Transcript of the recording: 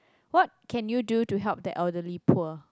what can you do to help the elderly poor